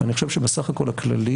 אני חושב שבסך הכול הכללי,